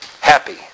Happy